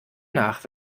nach